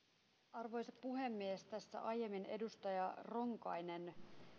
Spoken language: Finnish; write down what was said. arvoisa puhemies tässä aiemmin edustaja ronkainen